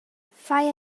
fai